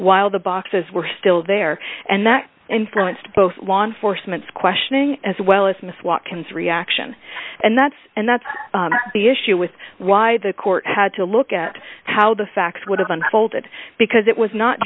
while the boxes were still there and that influenced both law enforcement questioning as well as miss watkins reaction and that's and that's the issue with why the court had to look at how the facts would have unfolded because it was not